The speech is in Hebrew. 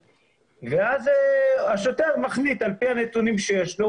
ואז השוטר מחליט לפי הנתונים שיש לו.